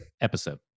Episode